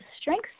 strengths